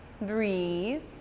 breathe